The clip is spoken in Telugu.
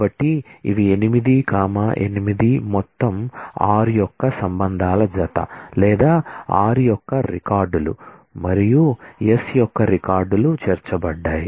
కాబట్టి ఇవి 8 8 మొత్తం r యొక్క సంబంధాల జత లేదా r యొక్క రికార్డులు మరియు s యొక్క రికార్డులు చేర్చబడ్డాయి